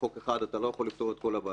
בחוק אחד אתה לא יכול לפתור את כל הבעיות.